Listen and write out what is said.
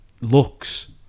looks